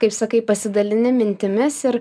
kaip sakai pasidalini mintimis ir